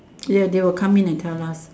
ya they will come in and tell us